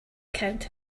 count